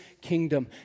kingdom